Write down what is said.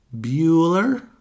Bueller